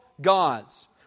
gods